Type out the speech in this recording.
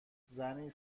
زنی